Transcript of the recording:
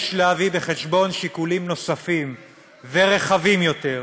יש להביא בחשבון שיקולים נוספים ורחבים יותר,